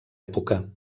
època